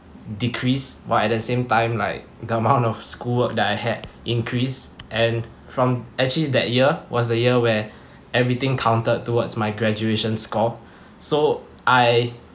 decrease while at the same time like the amount of school work that I had increased and from actually that year was the year where everything counted towards my graduation score so I